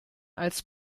als